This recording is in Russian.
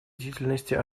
деятельности